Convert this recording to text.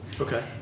okay